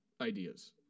ideas